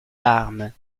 larmes